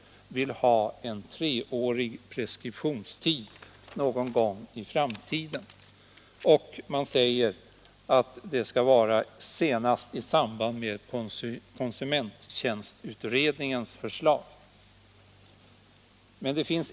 Ett sådant förslag om särskilda preskriptionsregler i konsumentförhållandena bör, säger utskottsmajoriteten, föreläggas riksdagen senast i samband med att förslag till lagstiftning på grundval av konsumenttjänstutredningens arbete föreläggs riksdagen.